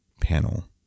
panel